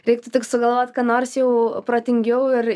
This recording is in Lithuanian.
reiktų tik sugalvot ką nors jau protingiau ir